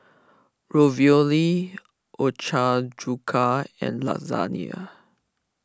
Ravioli Ochazuke and Lasagna